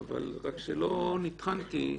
אבל שלא נטחן את זה.